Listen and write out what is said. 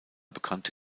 bekannte